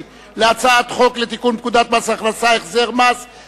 להצעת חוק לתיקון פקודת מס הכנסה (החזר מס),